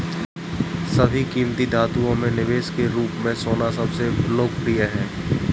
सभी कीमती धातुओं में निवेश के रूप में सोना सबसे लोकप्रिय है